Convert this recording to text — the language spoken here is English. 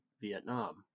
Vietnam